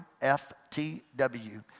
F-T-W